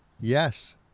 Yes